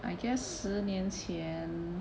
I guess 十年前